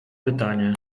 pytanie